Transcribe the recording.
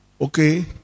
Okay